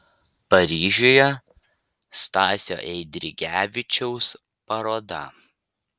paryžiuje stasio eidrigevičiaus paroda